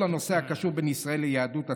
נושא הקשור בין ישראל ליהדות התפוצות".